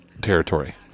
territory